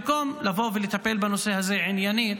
במקום לבוא ולטפל בנושא הזה עניינית,